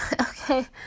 okay